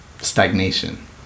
stagnation